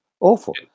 Awful